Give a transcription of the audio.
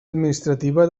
administrativa